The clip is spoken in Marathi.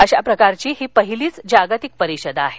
अशा प्रकारची ही पहिलीच जागतिक परिषद आहे